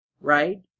right